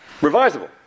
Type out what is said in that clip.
revisable